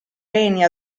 reni